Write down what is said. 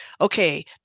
okay